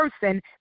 person